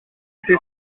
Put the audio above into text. été